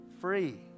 free